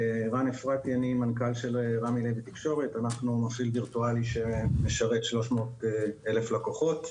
אנחנו מפעיל וירטואלי שמשרת 300 אלף לקוחות.